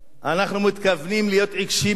אנחנו מתכוונים להיות עיקשים יותר,